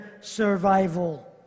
survival